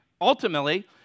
ultimately